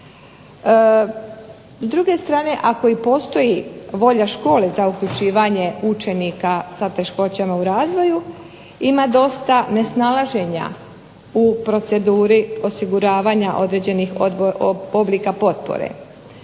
S druge strane ako i postoji volja škole za uključivanje učenika sa teškoćama u razvoju ima dosta nesnalaženja u proceduri osiguravanja određenih oblika potpore.